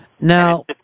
Now